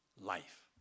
life